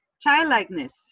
childlikeness